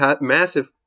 massive